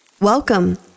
Welcome